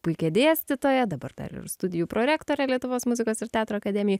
puikią dėstytoją dabar dar ir studijų prorektorę lietuvos muzikos ir teatro akademijoj